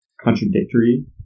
contradictory